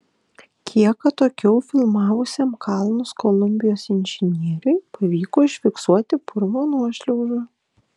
kiek atokiau filmavusiam kalnus kolumbijos inžinieriui pavyko užfiksuoti purvo nuošliaužą